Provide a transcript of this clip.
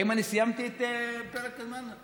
האם אני סיימתי את פרק הזמן?